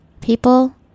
People